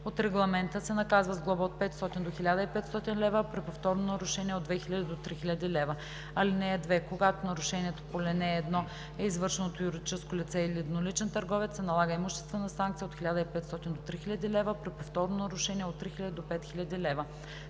от Регламента, се наказва с глоба от 500 до 1500 лв., а при повторно нарушение – от 2000 до 3000 лв. (2) Когато нарушението по ал. 1 е извършено от юридическо лице или едноличен търговец, се налага имуществена санкция от 1500 до 3000 лв., а при повторно нарушение – от 3000 до 5000 лв.